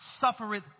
suffereth